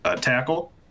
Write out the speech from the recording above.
Tackle